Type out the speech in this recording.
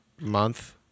month